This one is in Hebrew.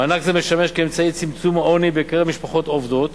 מענק זה משמש כאמצעי לצמצום העוני בקרב משפחות עובדות